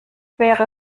wäre